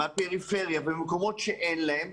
מהפריפריה וממקומות שאין להם,